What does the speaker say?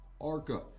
Arca